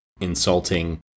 insulting